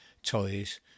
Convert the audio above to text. Toys